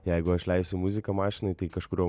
jeigu aš leisiu muziką mašinoj tai kažkuriuo